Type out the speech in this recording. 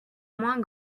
moins